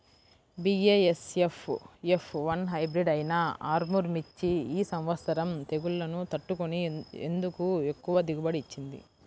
BASF F one hybrid అయినా ఆర్ముర్ మిర్చి ఈ సంవత్సరం తెగుళ్లును తట్టుకొని ఎందుకు ఎక్కువ దిగుబడి ఇచ్చింది?